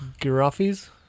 Giraffes